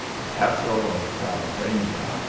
the castle of salobrefia,